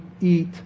eat